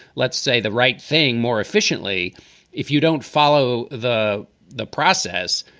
let's say, the right thing more efficiently if you don't follow the the process.